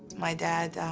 my dad,